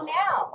now